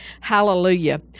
Hallelujah